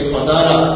Padala